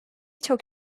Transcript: çok